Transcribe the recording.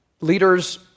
leaders